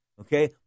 Okay